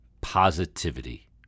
positivity